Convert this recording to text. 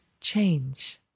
change